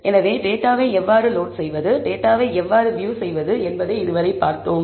எனவே டேட்டாவை எவ்வாறு லோட் செய்வது டேட்டாவை எவ்வாறு வியூ செய்வது என்பதை இது வரை பார்த்தோம்